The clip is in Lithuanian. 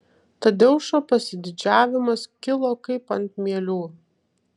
tadeušo pasididžiavimas kilo kaip ant mielių